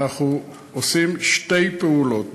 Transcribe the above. אנחנו עושים שתי פעולות במקביל: